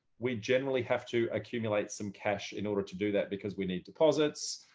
we generally have to accumulate some cash in order to do that, because we need deposits.